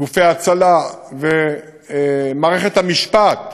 גופי ההצלה ומערכת המשפט,